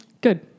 Good